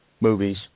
movies